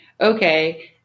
okay